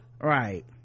right